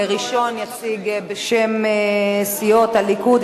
ראשון יציג בשם סיעות הליכוד,